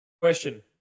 Question